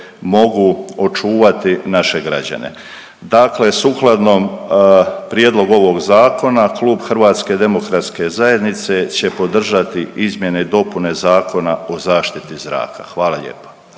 mogu očuvati naše građane. Dakle, sukladno prijedlogu ovog zakona Klub HDZ-a će podržati izmjene i dopune Zakona o zaštiti zraka. Hvala lijepa.